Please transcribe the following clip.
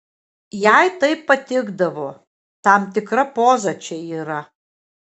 jai taip patikdavo tam tikra poza čia yra